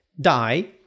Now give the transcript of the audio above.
die